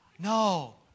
No